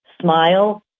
smile